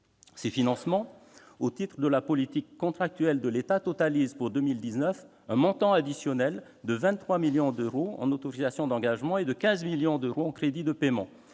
Ces financements au titre de la politique contractuelle de l'État totalisent pour 2019 un montant additionnel de 23 millions d'euros en autorisations d'engagement et de 15 millions d'euros en crédits de paiement.